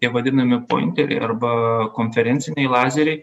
tie vadinami pointeriai arba konferenciniai lazeriai